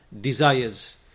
desires